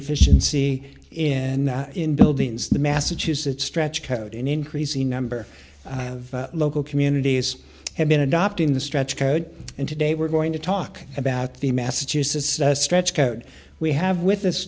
efficiency in buildings the massachusetts stretch code and increase the number of local communities have been adopting the stretch and today we're going to talk about the massachusetts stretch code we have with us